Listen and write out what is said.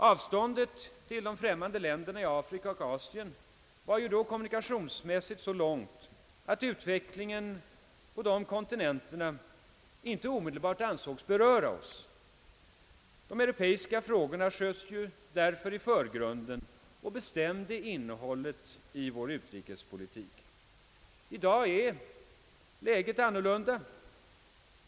Avståndet till de främmande länderna i Afrika och Asien var ju då kommunikationsmässigt så långt att utvecklingen på dessa kontinenter inte omedelbart ansågs beröra oss. De europeiska frågorna sköts därför i förgrunden och bestämde innehållet i vår utrikespolitik. I dag är läget annorlunda.